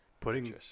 Putting